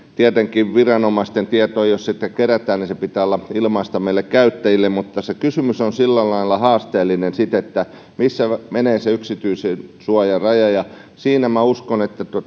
tietenkin jos viranomaisten tietoa sitten kerätään sen pitää olla ilmaista meille käyttäjille mutta se kysymys on sitten sillä lailla haasteellinen että missä menee se yksityisyyden suojan raja ja uskon että kun